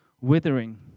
withering